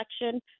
election